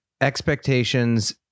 expectations